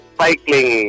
cycling